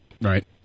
Right